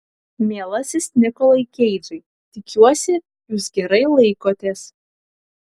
mielasis nikolai keidžai tikiuosi jūs gerai laikotės